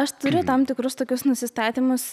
aš turiu tam tikrus tokius nusistatymus